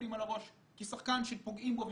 ים